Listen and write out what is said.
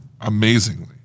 amazingly